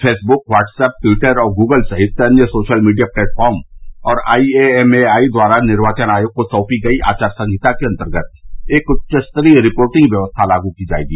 Facebook WhatsApp Twitter और Google सहित अन्य सोशल मीडिया प्लेटफॉर्म और आईएएमएआई द्वारा निर्वाचन आयोग को सौंपी गई आचार संहिता के अंतर्गत एक उच्च स्तरीय रिपोर्टिंग व्यवस्था लागू की जाएगी